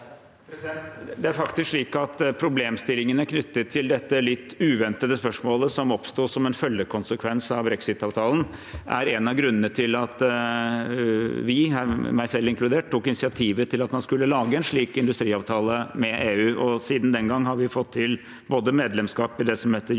Det er faktisk slik at problemstillingene knyttet til dette litt uventede spørsmålet som oppsto som en følgekonsekvens av brexit-avtalen, er en av grunnene til at vi, meg selv inkludert, tok initiativ til at man skulle lage en slik industriavtale med EU. Siden den gang har vi både fått medlemskap i det som heter European